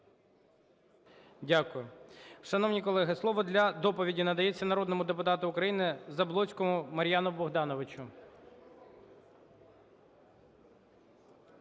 Дякую. Шановні колеги, слово для доповіді надається народному депутату України Заблоцькому Мар'яну Богдановичу.